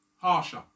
harsher